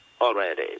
already